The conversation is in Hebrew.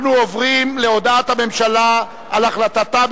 אנחנו עוברים להודעת הממשלה על החלטתה,